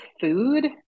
food